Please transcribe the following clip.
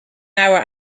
hour